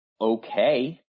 Okay